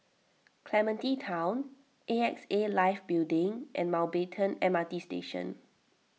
Clementi Town A X A Life Building and Mountbatten M R T Station